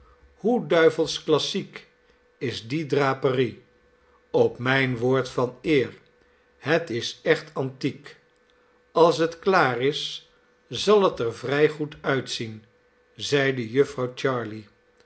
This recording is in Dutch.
hoe duivels klassiek is die draperie op mijn woord van eer het is echt antiek als het klaar is zal het er vrij goed uitzien zeide jufvrouw